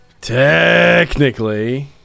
Technically